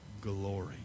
glory